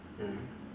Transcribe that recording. mm